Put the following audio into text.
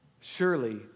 Surely